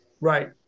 right